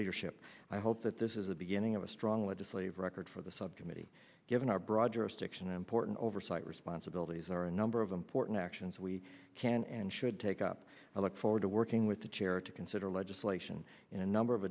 leadership i hope that this is the beginning of a strong legislative record for the subcommittee given our broad jurisdiction important oversight responsibilities are a number of important actions we can and should take up i look forward to working with the chair to consider legislation in a number of